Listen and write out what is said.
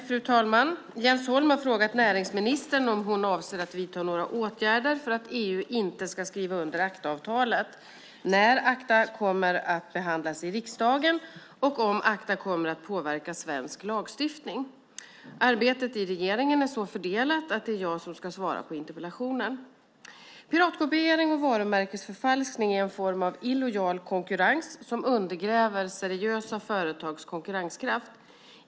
Fru talman! Jens Holm har frågat näringsministern om hon avser att vidta några åtgärder för att EU inte ska skriva under ACTA-avtalet, när ACTA kommer att behandlas i riksdagen och om ACTA kommer att påverka svensk lagstiftning. Arbetet inom regeringen är så fördelat att det är jag som ska svara på interpellationen. Piratkopiering och varumärkesförfalskning är en form av illojal konkurrens som undergräver seriösa företags konkurrenskraft.